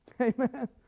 Amen